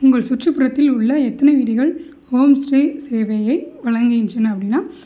உங்கள் சுற்றுப்புறத்தில் உள்ள எத்தனை வீடுகள் ஹோம் ஸ்டே சேவையை வழங்குகின்றன அப்படின்னா